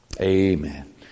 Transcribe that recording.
Amen